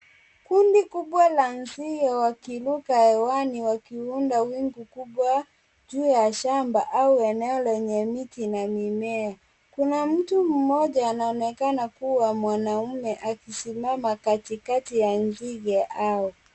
Kundi kubwa la zinge wakiruka hewani wakiunda wingu kubwa juu ya shamba au eneo lenye miti na mimea. Kuna mtu mmoja anaonekana kuwa mwanaume akisimama katikati ya nzige hawa.